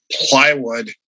plywood